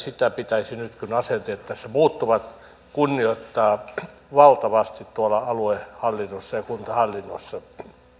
sitä pitäisi nyt kun asenteet tässä muuttuvat kunnioittaa valtavasti tuolla aluehallinnossa ja kuntahallinnossa